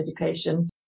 education